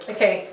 Okay